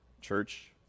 church